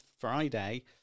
friday